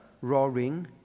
roaring